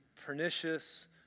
pernicious